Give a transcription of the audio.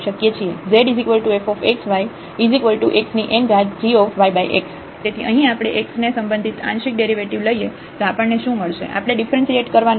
zfx yxngyx તેથી અહીં આપણે x ને સંબંધિત આંશિક ડેરિવેટિવ લઈએ તો આપણને શું મળશે આપણે ડિફ્રન્સિએટ કરવાનું છે